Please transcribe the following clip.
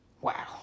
Wow